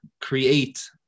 create